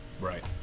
Right